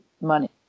money